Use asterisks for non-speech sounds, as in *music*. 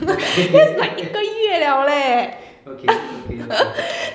okay *laughs* okay okay okay